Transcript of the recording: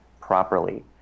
properly